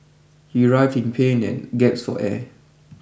he writhed in pain and gasped for air